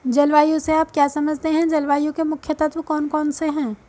जलवायु से आप क्या समझते हैं जलवायु के मुख्य तत्व कौन कौन से हैं?